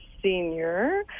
senior